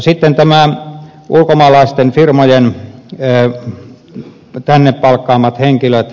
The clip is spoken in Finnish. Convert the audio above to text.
sitten nämä ulkomaalaisten firmojen tänne palkkaamat henkilöt